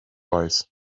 weiß